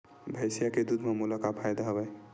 भैंसिया के दूध म मोला का फ़ायदा हवय?